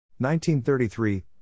1933